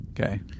Okay